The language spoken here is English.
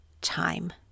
time